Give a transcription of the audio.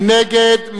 מי נגד?